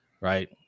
right